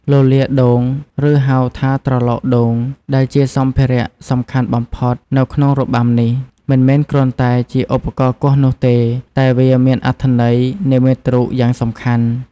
លលាដ៍ដូង ឬហៅថាត្រឡោកដូង ដែលជាសម្ភារៈសំខាន់បំផុតនៅក្នុងរបាំនេះ មិនមែនគ្រាន់តែជាឧបករណ៍គោះនោះទេ តែវាមានអត្ថន័យនិមិត្តរូបយ៉ាងសំខាន់។